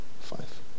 Five